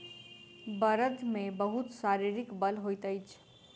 बड़द मे बहुत शारीरिक बल होइत अछि